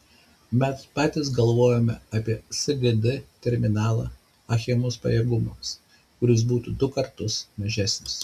mes patys galvojome apie sgd terminalą achemos pajėgumams kuris būtų du kartus mažesnis